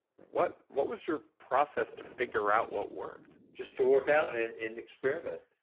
what what was your process to figure out what worked? just to workout and and experiment.